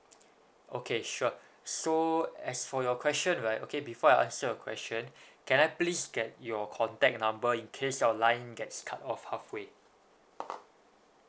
okay sure so as for your question right okay before I answer a question can I please get your contact number in case your line gets cut off halfway